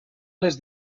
les